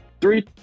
Three